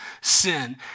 sin